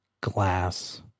Glass